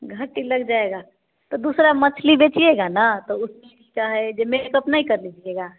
घाटे लग जाएगा तो दूसरा मछली बेचिएगा ना तो उसमें चाहे जो मेक अप नहीं कर लीजिएगा